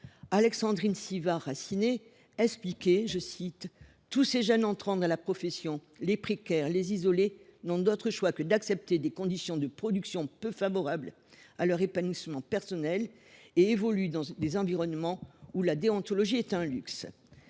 Alexandrine Civard Racinais :« Tous ces jeunes entrants dans la profession, les précaires, les isolés […] n’ont d’autres choix que d’accepter des conditions de production peu favorables à leur épanouissement professionnel et […] évoluent dans des environnements où la déontologie est un luxe.